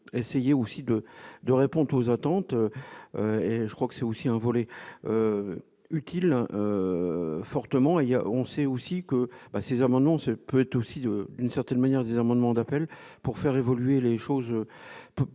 essayer aussi de de répondre aux attentes et je crois que c'est aussi un volet utile fortement il y a, on sait aussi que passés amendement c'est peut être aussi une certaine manière, des amendements d'appel pour faire évoluer les choses